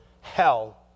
hell